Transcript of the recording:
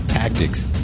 Tactics